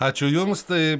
ačiū jums tai